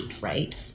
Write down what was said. right